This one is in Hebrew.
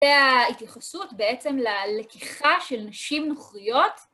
וההתייחסות בעצם ללקיחה של נשים נוכריות.